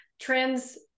trends